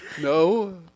No